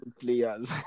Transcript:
players